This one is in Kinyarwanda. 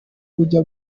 ujya